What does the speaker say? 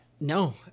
No